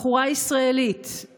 בחורה ישראלית,